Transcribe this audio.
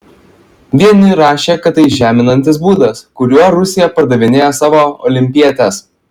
vieni rašė kad tai žeminantis būdas kuriuo rusija pardavinėja savo olimpietes